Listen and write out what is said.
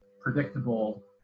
predictable